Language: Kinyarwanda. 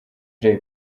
jay